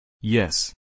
Yes